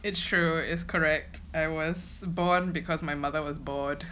it's true is correct I was born because my mother was bored